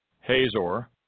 Hazor